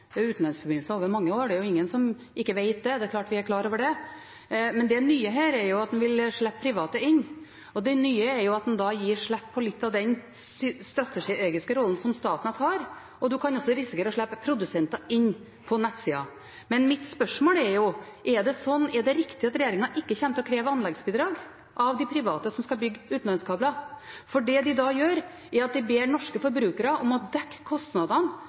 har hatt utenlandsforbindelser over mange år. Det er ingen som ikke vet det. Det er klart vi er klar over det. Men det nye her er jo at en vil slippe private inn. Og det nye er jo at en da gir slipp på litt av den strategiske rollen som Statnett har, og en kan også risikere å slippe produsenter inn på nettsida. Mitt spørsmål er: Er det riktig at regjeringen ikke kommer til å kreve anleggsbidrag av de private som skal bygge utenlandskabler? Det de da gjør, er at de ber norske forbrukere om å dekke kostnadene